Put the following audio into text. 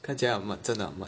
看起来很闷真的很闷